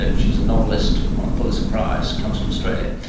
ah she's a novelist, won a pulitzer prize, comes from australia,